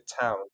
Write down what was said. Town